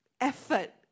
effort